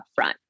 upfront